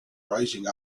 rising